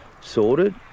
sorted